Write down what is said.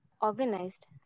organized